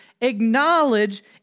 acknowledge